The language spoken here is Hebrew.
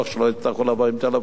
שלא יצטרכו לבוא עם טלפונים